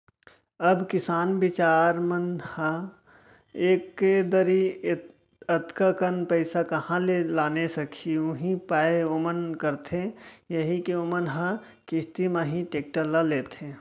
अब किसान बिचार मन ह एके दरी अतका कन पइसा काँहा ले लाने सकही उहीं पाय ओमन करथे यही के ओमन ह किस्ती म ही टेक्टर ल लेथे